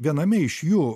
viename iš jų